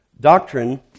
Doctrine